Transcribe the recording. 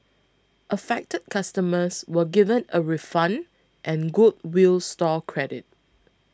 affected customers were given a refund and goodwill store credit